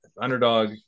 underdog